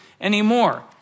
anymore